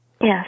Yes